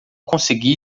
consegui